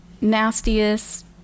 nastiest